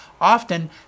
often